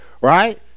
right